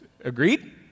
agreed